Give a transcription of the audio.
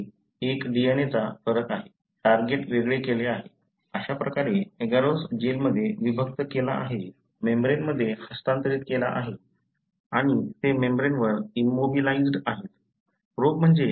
त्यापैकी एका DNA चा फरक आहे टार्गेट वेगळे केले आहे आकार एगरोस जेलमध्ये विभक्त केला आहे मेम्ब्रेनमध्ये हस्तांतरित केला आहे आणि ते मेम्ब्रेनवर इंमोबिलाइज्ड आहेत